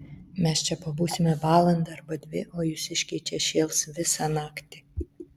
mes čia pabūsime valandą arba dvi o jūsiškiai čia šėls visą naktį